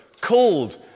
called